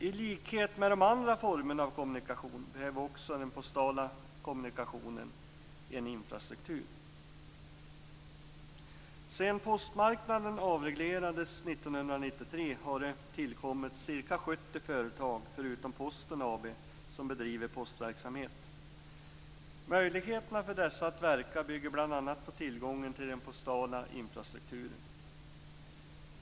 I likhet med de andra formerna av kommunikation behöver också den postala kommunikationen en infrastruktur. Sedan postmarknaden avreglerades 1993 har det tillkommit ca 70 företag förutom Posten AB som bedriver postverksamhet. Möjligheterna för dessa att verka bygger bl.a. på tillgången till den postala infrastrukturen.